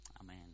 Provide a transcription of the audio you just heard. Amen